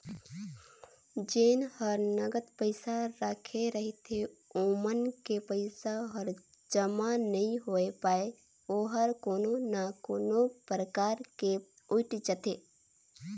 जेन ह नगद पइसा राखे रहिथे ओमन के पइसा हर जमा नइ होए पाये ओहर कोनो ना कोनो परकार ले उइठ जाथे